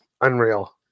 Unreal